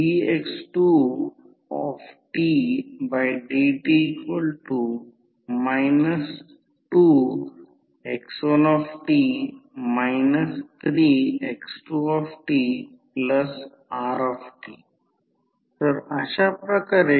तर E1 N1 d∅ d t हे लिहू शकतो म्हणजे वाइंडिंगमध्ये व्होल्टेज तयार होते त्याचप्रमाणे E2 N2 d∅dt आणि रेजिस्टन्सकडे दुर्लक्ष करीत आहोत कारण आयडियल ट्रान्सफॉर्मरमध्ये रेजिस्टन्सकडे दुर्लक्ष केले जाते